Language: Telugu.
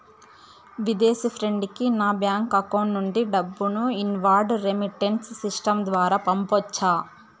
విదేశీ ఫ్రెండ్ కి నా బ్యాంకు అకౌంట్ నుండి డబ్బును ఇన్వార్డ్ రెమిట్టెన్స్ సిస్టం ద్వారా పంపొచ్చా?